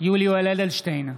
יולי יואל אדלשטיין,